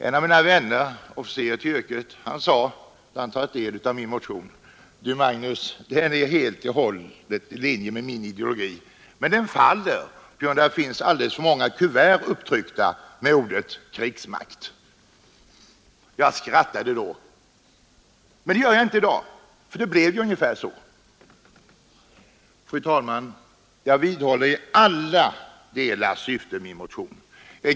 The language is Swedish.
En av mina vänner, officer till yrket, sade då han tagit del av min motion: ”Du, Magnus, den är helt och hållet i linje med min ideologi, men den faller därför att det finns alldeles för många kuvert upptryckta med ordet krigsmakt.” Jag skrattade då, men det gör jag inte i dag. Fru talman! Jag vidhåller i alla delar vad som står i min motion.